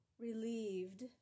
relieved